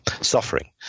suffering